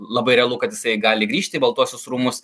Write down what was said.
labai realu kad jisai gali grįžti į baltuosius rūmus